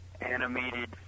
animated